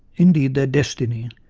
indeed their destiny,